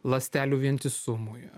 ląstelių vientisumui